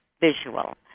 visual